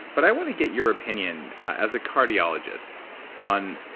but i want to get your opinion as a cardiologist on.